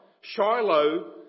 Shiloh